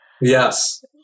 Yes